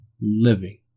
living